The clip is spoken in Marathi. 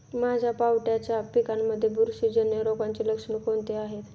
माझ्या पावट्याच्या पिकांमध्ये बुरशीजन्य रोगाची लक्षणे कोणती आहेत?